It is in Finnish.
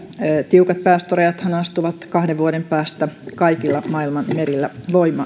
tiukat päästörajathan astuvat voimaan kahden vuoden päästä kaikilla maailman merillä